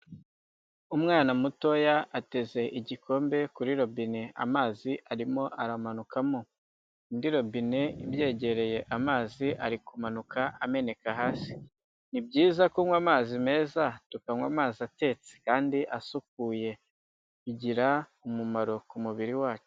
Umwana mutoya ateze igikombe kuri robine amazi arimo aramanukamo, indi robine ibyegereye amazi ari kumanuka ameneka hasi, ni byiza kunywa amazi meza tukanywa amazi atetse kandi asukuye, bigirara umumaro ku mubiri wacu.